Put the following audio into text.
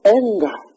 anger